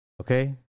okay